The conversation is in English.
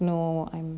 no I'm